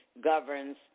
governs